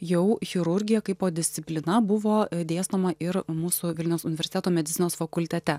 jau chirurgija kaipo disciplina buvo dėstoma ir mūsų vilniaus universiteto medicinos fakultete